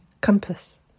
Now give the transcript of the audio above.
Compass